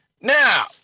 Now